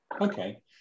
Okay